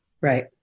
Right